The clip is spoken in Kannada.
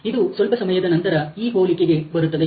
ಇದು ಸ್ವಲ್ಪ ಸಮಯದ ನಂತರ ಈ ಹೋಲಿಕೆಗೆ ಬರುತ್ತದೆ